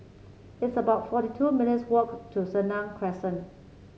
it's about forty two minutes' walk to Senang Crescent